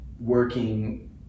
working